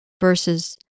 verses